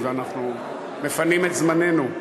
ואנחנו מפנים את זמננו.